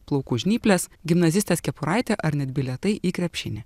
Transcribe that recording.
plaukų žnyplės gimnazistės kepuraitė ar net bilietai į krepšinį